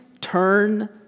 turn